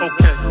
Okay